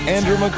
Andrew